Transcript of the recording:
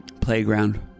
Playground